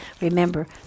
Remember